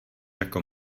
jako